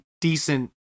decent